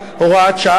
הוראת שעה),